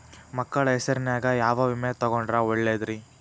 ಮಕ್ಕಳ ಹೆಸರಿನ್ಯಾಗ ಯಾವ ವಿಮೆ ತೊಗೊಂಡ್ರ ಒಳ್ಳೆದ್ರಿ?